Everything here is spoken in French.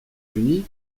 unis